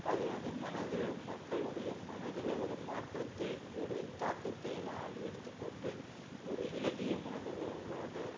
அது வந்து மனதில் உ மக்களுடைய மனதில் ஒரு மாற்றத்தை ஒரு தாக்கத்தை எல்லாம் எடுத்துப் போட்டு ஒரு இளகிய மனது உள்ளவர்களாக